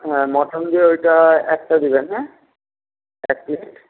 হ্যাঁ মটন দিয়ে ওইটা একটা দিবেন হ্যাঁ এক প্লেট